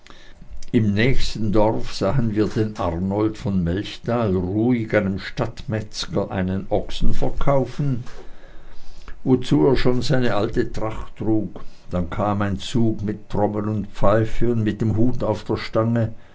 im nächsten dorf sahen wir den arnold von melchthal ruhig einem stadtmetzger einen ochsen verkaufen wozu er schon seine alte tracht trug dann kam ein zug mit trommel und pfeife und mit dem hut auf der stange